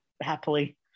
happily